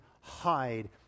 hide